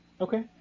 Okay